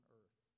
earth